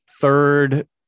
third